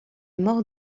mort